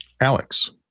Alex